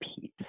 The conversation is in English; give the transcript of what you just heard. peace